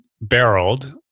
barreled